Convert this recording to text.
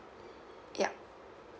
ya